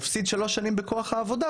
מפסיד 3 שנים בכוח העבודה,